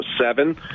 seven